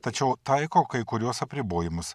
tačiau taiko kai kuriuos apribojimus